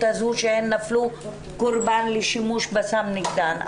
הזו שהן נפלו קורבן לשימוש בסם נגדן.